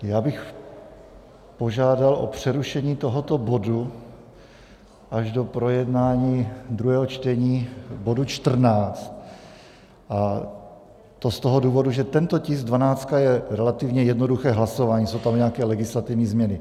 Já bych požádal o přerušení tohoto bodu až do projednání druhého čtení bodu 14, a to z toho důvodu, že tento tisk, dvanáctka, je relativně jednoduché hlasování, jsou tam nějaké legislativní změny.